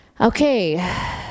Okay